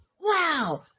wow